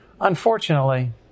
Unfortunately